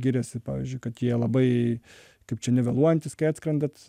giriasi pavyzdžiui kad jie labai kaip čia nevėluojantys kai atskrendat